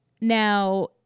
Now